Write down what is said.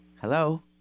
Hello